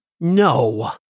No